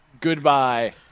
goodbye